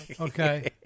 Okay